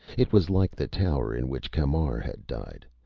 it was like the tower in which camar had died.